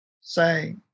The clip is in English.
say